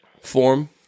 form